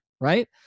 right